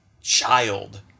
child